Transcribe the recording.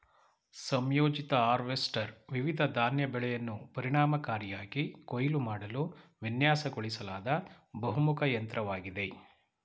ಸಂಯೋಜಿತ ಹಾರ್ವೆಸ್ಟರ್ ವಿವಿಧ ಧಾನ್ಯ ಬೆಳೆಯನ್ನು ಪರಿಣಾಮಕಾರಿಯಾಗಿ ಕೊಯ್ಲು ಮಾಡಲು ವಿನ್ಯಾಸಗೊಳಿಸಲಾದ ಬಹುಮುಖ ಯಂತ್ರವಾಗಿದೆ